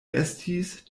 estis